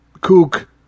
kook